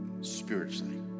spiritually